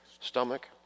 Stomach